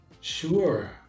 Sure